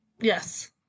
Yes